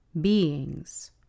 beings